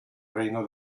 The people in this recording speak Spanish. reino